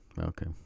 Okay